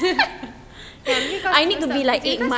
because